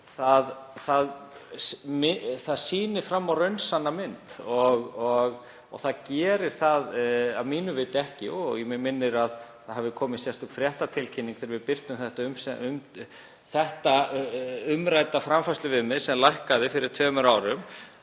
sýni fram á raunsanna mynd og það gerir það að mínu viti ekki. Mig minnir að komið hafi sérstök fréttatilkynning þegar við birtum þetta umrædda framfærsluviðmið sem lækkaði fyrir tveimur árum